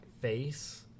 face